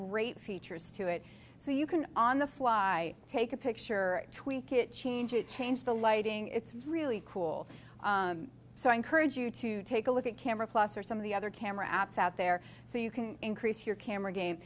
great features to it so you can on the fly take a picture tweak it change it change the lighting it's really cool so i encourage you to take a look at camera plus or some of the other camera apps out there so you can increase your camera ga